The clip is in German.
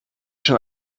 schon